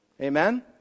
Amen